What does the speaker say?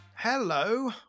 Hello